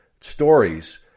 stories